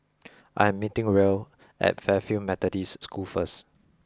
I am meeting Ruel at Fairfield Methodist School first